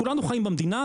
כולנו חיים במדינה,